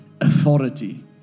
Authority